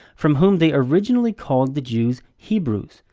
from whom they originally called the jews hebrews.